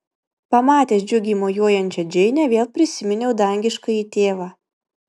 pamatęs džiugiai mojuojančią džeinę vėl prisiminiau dangiškąjį tėvą